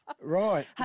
Right